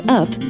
up